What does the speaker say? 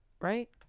right